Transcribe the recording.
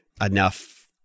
enough